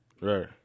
Right